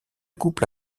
couple